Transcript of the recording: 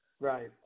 Right